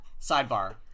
Sidebar